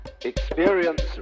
experience